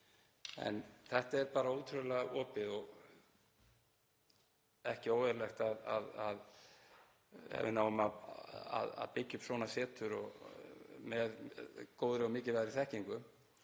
En þetta er bara ótrúlega opið og ef við náum að byggja upp svona setur og með góðri og mikilvægri þekkingu